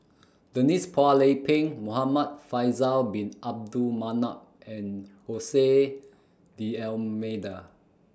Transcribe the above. Denise Phua Lay Peng Muhamad Faisal Bin Abdul Manap and Ose D'almeida